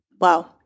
Wow